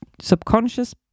Subconscious